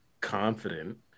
confident